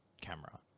camera